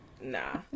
Nah